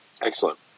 Excellent